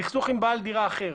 בסכסוך עם בעל דירה אחר.